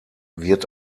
wird